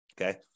okay